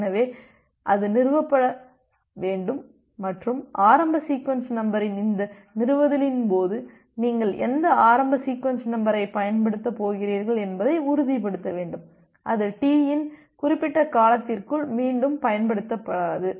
எனவே அது நிறுவப்பட வேண்டும் மற்றும் ஆரம்ப சீக்வென்ஸ் நம்பரின் இந்த நிறுவுதலின் போது நீங்கள் எந்த ஆரம்ப சீக்வென்ஸ் நம்பரைப் பயன்படுத்தப் போகிறீர்கள் என்பதை உறுதிப்படுத்த வேண்டும் அது டி இன் குறிப்பிட்ட காலத்திற்குள் மீண்டும் பயன்படுத்தப்படாது